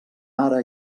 ara